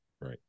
Right